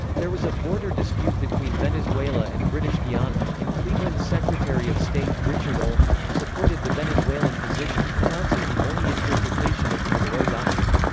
there was a border dispute between venezuela and british guiana, and cleveland's secretary of state, richard olney, supported the venezuelan position, announcing the olney interpretation of the monroe doctrine.